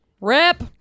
Rip